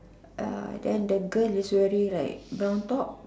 err then the girl is wearing like brown top